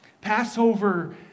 Passover